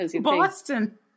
Boston